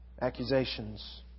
Accusations